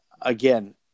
again